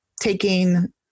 taking